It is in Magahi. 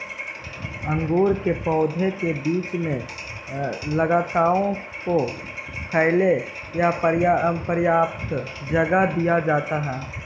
अंगूर के पौधों के बीच में लताओं को फैले ला पर्याप्त जगह दिया जाता है